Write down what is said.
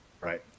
Right